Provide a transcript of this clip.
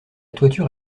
toiture